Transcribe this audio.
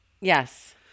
Yes